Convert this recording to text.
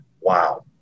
Wow